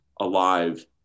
alive